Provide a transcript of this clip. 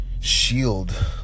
Shield